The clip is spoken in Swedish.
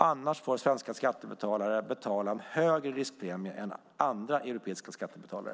Annars får svenska skattebetalare betala en högre riskpremie än andra europeiska skattebetalare.